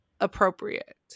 appropriate